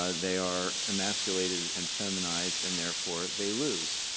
ah they are emasculated and feminized and therefore they lose.